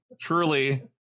Truly